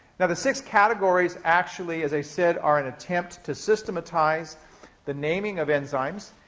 now, the six categories actually, as i said, are an attempt to systematize the naming of enzymes.